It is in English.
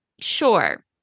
Sure